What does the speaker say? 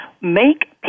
make